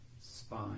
spine